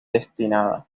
destinada